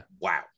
Wow